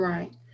Right